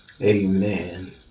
Amen